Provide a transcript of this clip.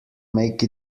make